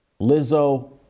Lizzo